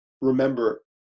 remember